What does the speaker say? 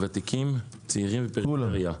ותיקים, צעירים ופריפריה.